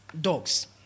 dogs